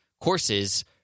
courses